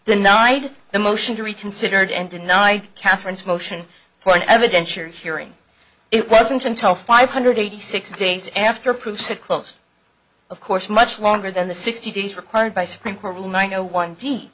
denied the motion to reconsider it and deny katherine's motion for an evidentiary hearing it wasn't until five hundred eighty six days after proved that close of course much longer than the sixty days required by supreme court ruled by no one team